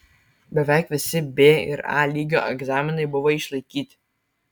beveik visi b ir a lygio egzaminai buvo išlaikyti